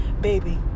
baby